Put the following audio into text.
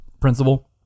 principal